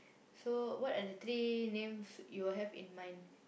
so what are the three names you will have in mind